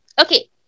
okay